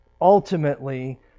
ultimately